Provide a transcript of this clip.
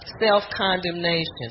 Self-condemnation